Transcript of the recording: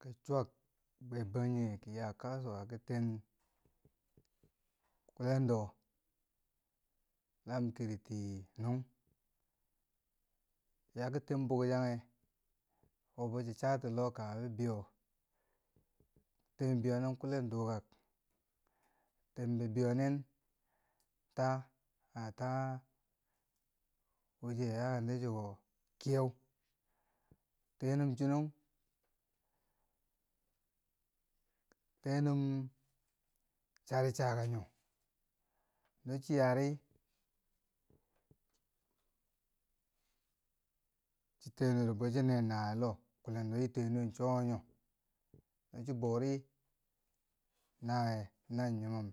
Kii cwyak bwe Bangjinghe ki yaa Kasuwa ki tiyen kullendo lam kiriti nung. Ya ki tiyen bukchanghe wo boh chiya chati kanghe bibeiyo, tiyen bibeiyo nin kullen duukar, tiyen bibeiyo nin taa, kanghe taa wo chiya yaakenti chiko kiyeu, tiyenum chinong, tiyenum chari chaka nyo, no chi yaa ri tiyenu ri boh chi ne nawiye loh, kullendo chi tiyene cho wo nyo. No chi boori, nawiye na nyimom